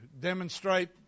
demonstrate